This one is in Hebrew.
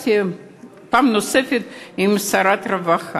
וכן הסכם בין ממשלת מדינת ישראל לבין הרפובליקה